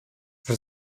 für